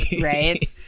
right